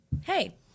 Hey